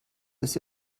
des